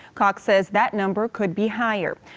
cox says that number could be higher.